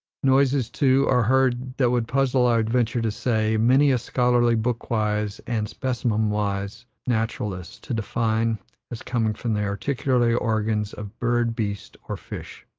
noises, too, are heard, that would puzzle, i venture to say, many a scholarly, book-wise and specimen-wise naturalist to define as coming from the articulatory organs of bird, beast, or fish.